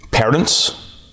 parents